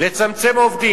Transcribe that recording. לצמצם עובדים.